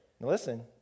listen